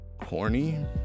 corny